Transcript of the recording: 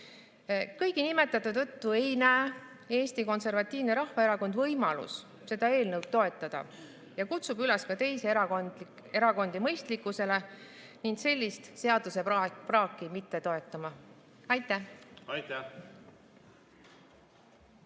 Kõige nimetatu tõttu ei näe Eesti Konservatiivne Rahvaerakond võimalust seda eelnõu toetada ja kutsub ka teisi erakondi üles mõistlikkusele ning sellist seadusepraaki mitte toetama. Aitäh!